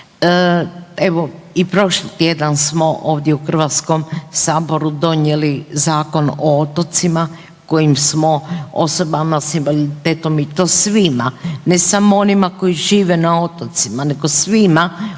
Evo, i prošli tjedan smo ovdje u HS-u donijeli Zakon o otocima kojim smo osobama s invaliditetom i to svima, ne samo onima koji žive na otocima, nego svima,